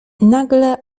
nagle